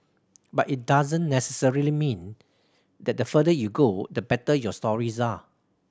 but it doesn't necessarily mean that the further you go the better your stories are